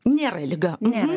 nėra liga